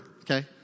Okay